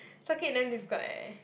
circuit damn difficult eh